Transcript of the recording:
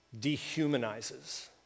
dehumanizes